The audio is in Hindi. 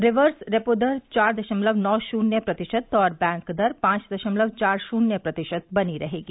रिवर्स रेपो दर चार दशमलव नौ शून्य प्रतिशत और बैंक दर पांच दशमलव चार शून्य प्रतिशत बनी रहेगी